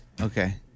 Okay